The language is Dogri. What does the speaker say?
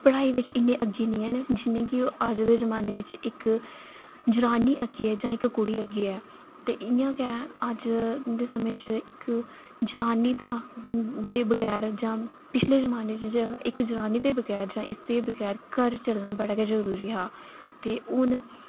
पढ़ाई बिच्च इन्ने अग्गै नी ऐ जिन्ने कि ओह् अज्ज दे जमाने बिच जिन्नी जनानी अग्गै ऐ जां इक्क कुड़ी अग्गै ऐ ते इ'यां गै अज्ज दे समें च इक्क जनानी दा दे बगैर जां पिछले जमाने च इक जनानी दे बगैर जां स्त्री बगैर घर चलना बड़ा गै जरूरी हा ते हून